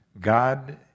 God